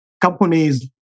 companies